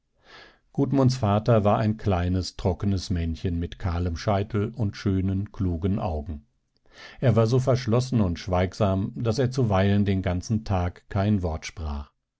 hinauffuhr gudmunds vater war ein kleines trockenes männchen mit kahlem scheitel und schönen klugen augen er war so verschlossen und schweigsam daß er zuweilen den ganzen tag kein wort sprach